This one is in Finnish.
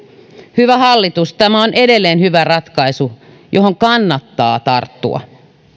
hyvä hallitus tämä on edelleen hyvä ratkaisu johon kannattaa tarttua